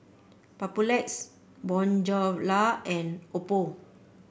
Papulex Bonjela and Oppo